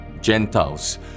Gentiles